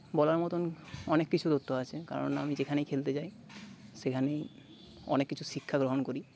বলার মতন অনেক কিছু তথ্য আছে কারণ আমি যেখানেই খেলতে যাই সেখানেই অনেক কিছু শিক্ষা গ্রহণ করি